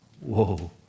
Whoa